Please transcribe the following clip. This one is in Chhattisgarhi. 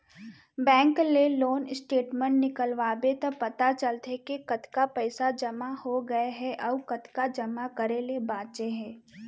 बेंक ले लोन स्टेटमेंट निकलवाबे त पता चलथे के कतका पइसा जमा हो गए हे अउ कतका जमा करे ल बांचे हे